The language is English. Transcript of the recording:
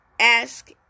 ask